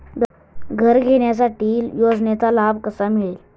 घर घेण्यासाठी योजनेचा लाभ कसा मिळेल?